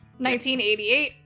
1988